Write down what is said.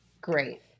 Great